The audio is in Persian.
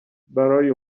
برای